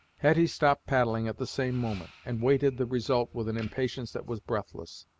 hetty stopped paddling at the same moment, and waited the result with an impatience that was breathless,